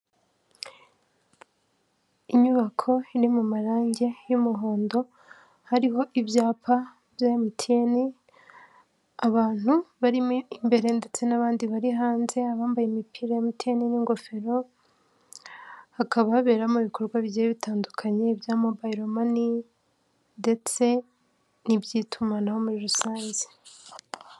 Inyubako iri mu marangi y'umuhondo, hariho ibyapa bya MTN, abantu barimo imbere ndetse n'abandi bari hanze, abambaye imipira ya MTN n'ingofero, hakaba haberamo ibikorwa bigiye bitandukanye bya mobayiro mani ndetse n'iby'itumanaho muri rusange.